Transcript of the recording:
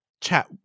chat